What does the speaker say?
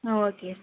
ம் okay sir